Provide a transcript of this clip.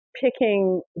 Picking